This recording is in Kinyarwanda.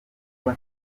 kuba